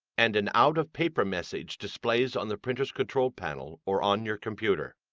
and an out of paper message displays on the printer's control panel or on your computer.